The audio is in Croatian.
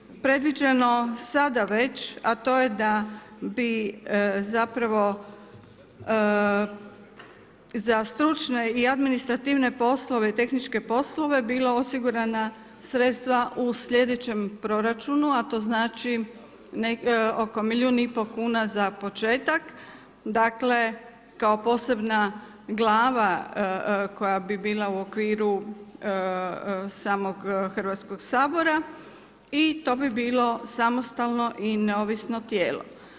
Ono što je predviđeno sada već to je da bi zapravo za stručne i administrativne poslove i tehničke poslove bila osigurana sredstva u slijedeće proračunu a to znači oko milijun i pol kuna za početak, dakle kao posebna glava koja bi bila u okviru samo Hrvatskog sabora i to bi bilo samostalno i neovisno tijelo.